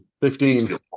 Fifteen